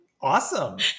awesome